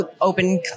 open